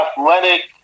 athletic